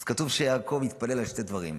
אז כתוב שיעקב התפלל על שני דברים: